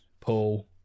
Paul